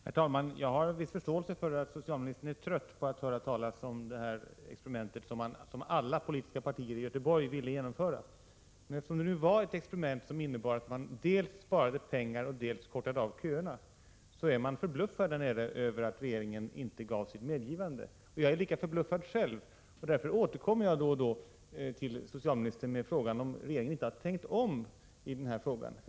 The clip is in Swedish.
Herr talman! Jag har viss förståelse för att socialministern är trött på att höra talas om detta experiment, som alla politiska partier i Göteborg ville genomföra. Men eftersom det nu var ett experiment som innebar att man dels sparade pengar, dels kortade av köerna, är man förbluffad över att regeringen inte gav sitt medgivande. Jag är lika förbluffad själv, och därför återkommer jag då och då till socialministern med frågan om regeringen inte har tänkt om.